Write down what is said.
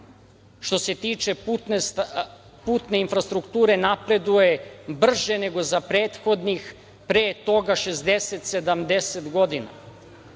što se tiče putne infrastrukture napreduje brže nego za prethodnih pre toga 60-70 godina.